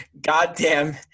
goddamn